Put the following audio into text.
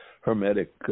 hermetic